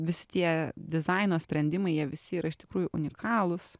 visi tie dizaino sprendimai jie visi yra iš tikrųjų unikalūs